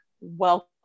welcome